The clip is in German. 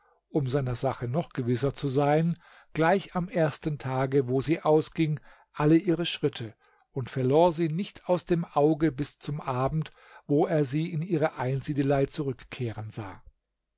um seiner sache noch gewisser zu sein gleich am ersten tage wo sie ausging alle ihre schritte und verlor sie nicht aus dem auge bis zum abend wo er sie in ihre einsiedelei zurückkehren sah